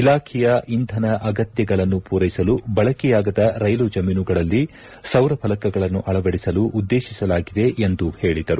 ಇಲಾಖೆಯ ಇಂಧನ ಅಗತ್ಯಗಳನ್ನು ಪೂರೈಸಲು ಬಳಕೆಯಾಗದ ರೈಲು ಜಮೀನುಗಳಲ್ಲಿ ಸೌರ ಫಲಕಗಳನ್ನು ಅಳವಡಿಸಲು ಉದ್ದೇಶಿಸಲಾಗಿದೆ ಎಂದು ಹೇಳಿದರು